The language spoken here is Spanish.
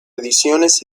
ediciones